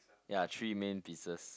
ya three main pieces